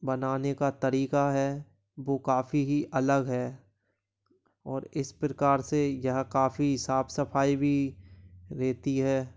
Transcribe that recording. बनाने का तरीका है वो काफ़ी ही अलग है और इस प्रकार से यह काफ़ी साफ़ सफाई भी रहती है